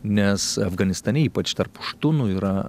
nes afganistane ypač tarp puštūnų yra